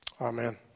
Amen